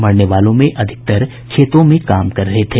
मरने वालों में अधिकतर खेतों में काम कर रहे थे